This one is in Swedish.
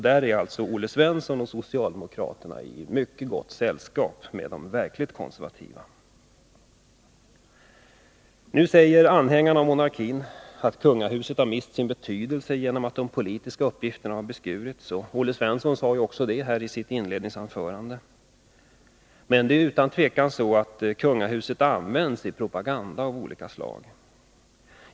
Där är Olle Svensson och socialdemokraterna i mycket gott sällskap med de verkligt konservativa. Nu säger anhängarna av monarkin att kungahuset har mist sin betydelse genom att de politiska uppgifterna har beskurits. Olle Svensson sade detta i sitt inledningsanförande. Men kungahuset används utan tvekan i propaganda av olika slag.